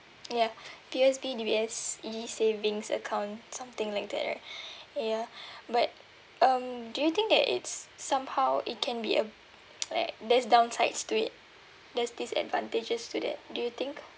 ya P_O_S_B D_B_S e-savings account something like that or ya but um do you think that it's somehow it can be a like there's downsides to it there's disadvantages to that do you think